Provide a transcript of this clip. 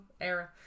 era